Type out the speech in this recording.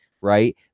right